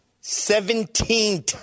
Seventeen